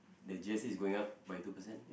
that G_S_T is going up by two percent